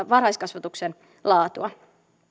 varhaiskasvatuksen laatua